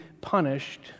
punished